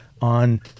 on